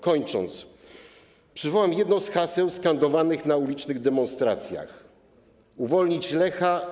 Kończąc, przywołam jedno z haseł skandowanych na ulicznych demonstracjach: Uwolnić Lecha!